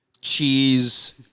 cheese